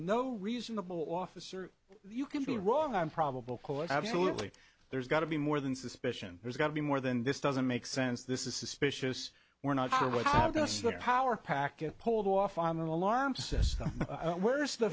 no reasonable officer you can be wrong i'm probable cause absolutely there's got to be more than suspicion there's got to be more than this doesn't make sense this is suspicious we're not sure what have just the power packet pulled off on the alarm system where the